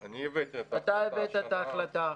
אני הבאתי את ההחלטה.